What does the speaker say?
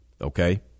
okay